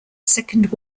second